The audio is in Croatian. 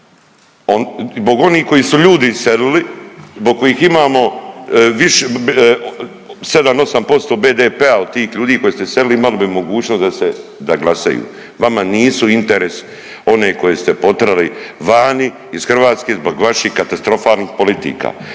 zbog onih koji su ljudi iselili, zbog kojih imamo 7, 8% BDP-a od tih ljudi koje ste iselili imali bi mogućnost da se, da glasaju. Vama nisu interes one koje ste poterali vani iz Hrvatske zbog vaših katastrofalnih politika